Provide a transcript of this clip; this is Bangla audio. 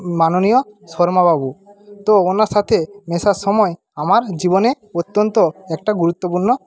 মাননীয় শর্মা বাবু তো ওনার সাথে মেশার সময় আমার জীবনে অত্যন্ত একটা গুরুত্বপূর্ণ